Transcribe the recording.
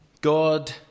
God